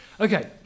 Okay